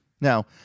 now